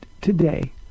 today